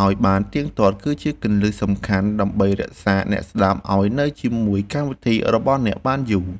ឱ្យបានទៀងទាត់គឺជាគន្លឹះសំខាន់ដើម្បីរក្សាអ្នកស្តាប់ឱ្យនៅជាមួយកម្មវិធីរបស់អ្នកបានយូរ។